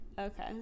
Okay